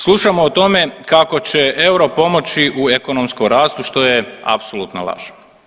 Slušamo o tome kako će euro pomoći u ekonomskom rastu što je apsolutna laž.